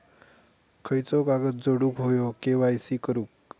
खयचो कागद जोडुक होयो के.वाय.सी करूक?